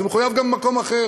זה מחויב גם במקום אחר.